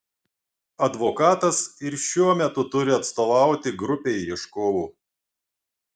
advokatas ir šiuo metu turi atstovauti grupei ieškovų